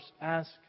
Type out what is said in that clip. ask